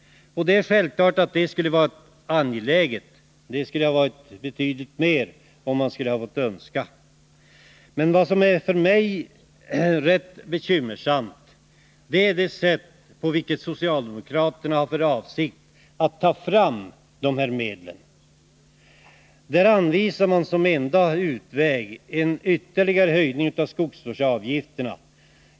Det är självklart att skogsvårdande åtgärder är angelägna, och summan skulle ha varit betydligt större, om man bara hade fått önska. Det mest bekymmersamma för mig är dock det sätt på vilket socialdemokraterna har för avsikt att få fram dessa medel. De anvisar som enda utväg en ytterligare höjning av skogsvårdsavgifterna.